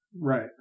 Right